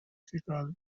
سیگال